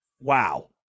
wow